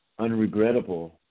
unregrettable